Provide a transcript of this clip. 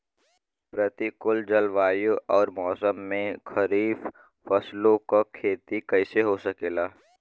प्रतिकूल जलवायु अउर मौसम में खरीफ फसलों क खेती कइसे हो सकेला?